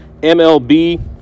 MLB